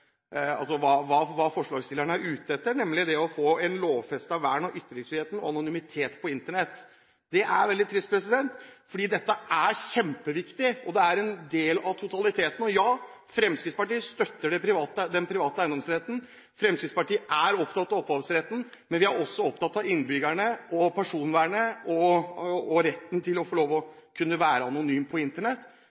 ute etter: nemlig å få et lovfestet vern av ytringsfrihet og anonymitet på Internett. Det er veldig trist, for dette er kjempeviktig, og det er en del av totaliteten. Ja, Fremskrittspartiet støtter den private eiendomsretten. Fremskrittspartiet er opptatt av opphavsretten, men vi er også opptatt av innbyggerne og personvernet, av retten til å få lov å være anonym på Internett